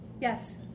Yes